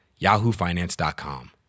YahooFinance.com